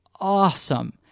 awesome